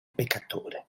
peccatore